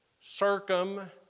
Circum